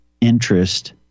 interest